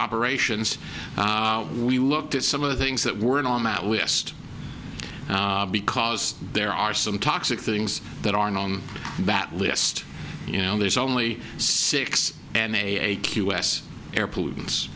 operations we looked at some of the things that weren't on that we asked because there are some toxic things that aren't on that list you know there's only sick and a q s air pollutants